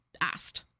asked